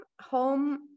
home